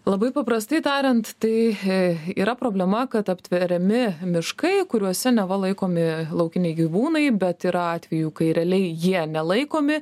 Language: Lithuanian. labai paprastai tariant tai yra problema kad aptveriami miškai kuriuose neva laikomi laukiniai gyvūnai bet yra atvejų kai realiai jie nelaikomi